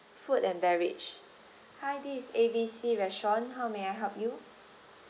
food and beverage hi this is A B C restaurant how may I help you